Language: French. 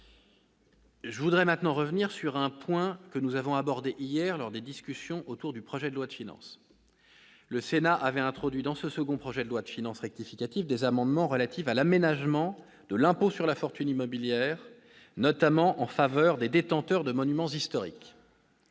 Je voudrais maintenant revenir sur un point que nous avons abordé hier lors des discussions autour du projet de loi de finances. Le Sénat avait introduit dans ce second projet de loi de finances rectificative des amendements relatifs à l'aménagement de l'impôt sur la fortune immobilière, l'IFI, notamment en faveur des détenteurs de monuments historiques.